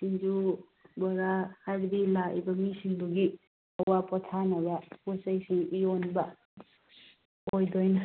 ꯁꯤꯡꯖꯨ ꯕꯣꯔꯥ ꯍꯥꯏꯕꯗꯤ ꯂꯥꯛꯏꯕ ꯃꯤꯁꯤꯡꯗꯨꯒꯤ ꯑꯋꯥ ꯄꯣꯠꯊꯥꯅꯕ ꯄꯣꯠꯆꯩꯁꯤꯡ ꯌꯣꯟꯕ ꯑꯣꯏꯗꯣꯏꯅꯦ